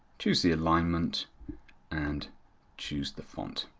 choose the alignment and choose the font.